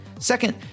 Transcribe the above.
Second